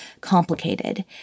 complicated